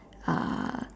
uh